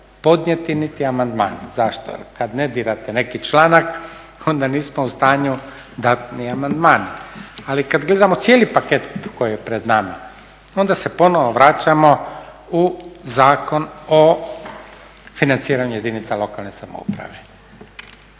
podnijeti niti amandman. Zašto? Jer kad ne dirate neki članak, onda nismo u stanju dat ni amandman. Ali kad gledamo cijeli paket koji je pred nama, onda se ponovo vraćamo u Zakon o financiranju jedinica lokalne samouprave.